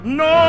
no